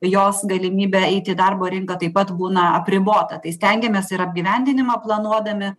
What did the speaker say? jos galimybė eiti į darbo rinką taip pat būna apribota tai stengiamės ir apgyvendinimą planuodami